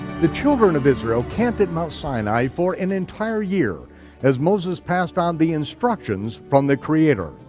the children of israel camped at mount sinai for an entire year as moses passed on the instructions from the creator.